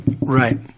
Right